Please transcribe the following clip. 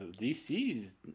DC's